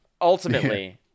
Ultimately